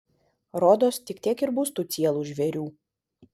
rodos tik tiek ir bus tų cielų žvėrių